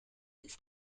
its